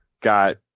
got